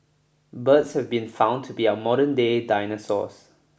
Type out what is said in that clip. birds have been found to be our modernday dinosaurs